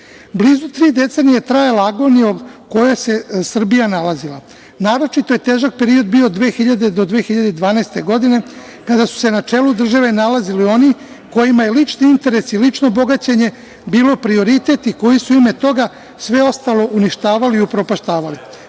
Blizu tri decenije je trajala agonija u kojoj se Srbija nalazila. Naročito je težak bio od 2000. do 2012. godine, kada su se na čelu države nalazili oni kojima je lični interes i lično bogaćenje bio prioritet i koji su u ime toga sve ostalo uništavali i upropaštavali.